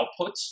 outputs